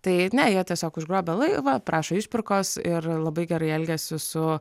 tai ne jie tiesiog užgrobia laivą prašo išpirkos ir labai gerai elgiasi su